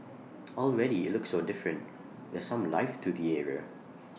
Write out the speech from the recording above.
already IT looks so different there's some life to the area